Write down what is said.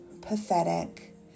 pathetic